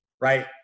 right